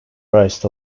rest